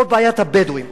או את בעיית הבדואים,